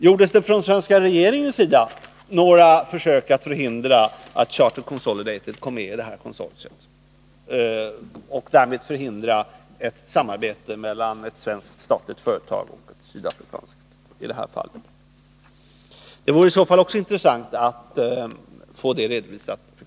Gjorde den svenska regeringen några försök att förhindra att Charter Consolidated kommer med i det här konsortiet och att därmed förhindra ett samarbete mellan ett svenskt statligt bolag och ett sydafrikanskt? Det vore i så fall intressant att få också det redovisat.